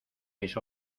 mis